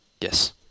Yes